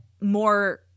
more